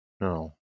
No